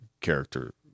character